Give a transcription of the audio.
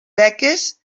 beques